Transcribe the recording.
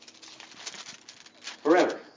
forever